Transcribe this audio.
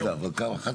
אחת